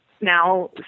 now